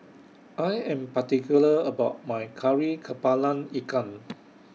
I Am particular about My Kari Kepala Ikan